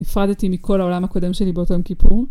נפרדתי מכל העולם הקודם שלי באותו יום כיפור.